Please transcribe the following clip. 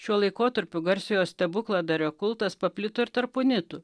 šiuo laikotarpiu garsiojo stebukladario kultas paplito ir tarp unitų